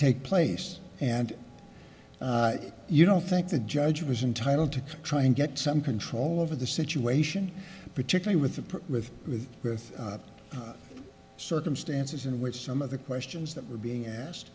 take place and you don't think the judge was entitle to try and get some control over the situation particularly with the with with with circumstances in which some of the questions that were being asked